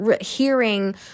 hearing